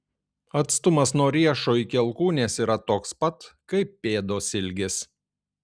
atstumas nuo riešo iki alkūnės yra toks pat kaip pėdos ilgis